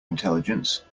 intelligence